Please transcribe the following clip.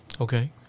Okay